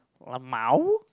lmao